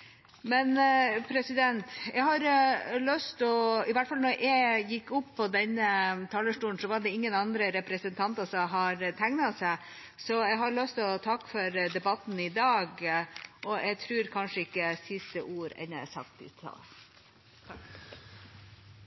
jeg gikk opp på denne talerstolen, var det ingen andre representanter som hadde tegnet seg, så jeg har lyst til å takke for debatten i dag, og jeg tror kanskje ikke siste ord er sagt ennå i denne saken.